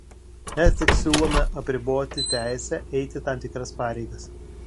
mes tik siūlome apriboti teisę eiti tam tikras pareigas